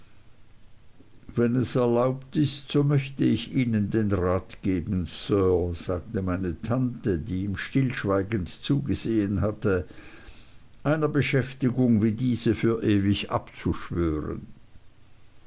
wenn es erlaubt ist so möchte ich ihnen den rat geben sir sagte meine tante die ihm stillschweigend zugesehen hatte eine beschäftigung wie diese für ewig abzuschwören